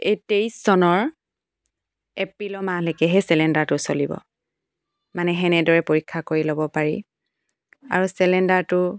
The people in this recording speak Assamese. এই তেইছ চনৰ এপ্ৰিলৰ মাহলৈকেহে চিলিণ্ডাৰটো চলিব মানে সেনেদৰে পৰীক্ষা কৰি ল'ব পাৰি আৰু চিলিণ্ডাৰটো